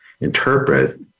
interpret